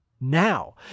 Now